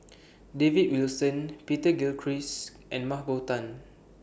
David Wilson Peter Gilchrist and Mah Bow Tan